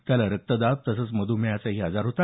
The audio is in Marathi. त्याला रक्तदाब तसंच मधूमेहाचाही आजार होता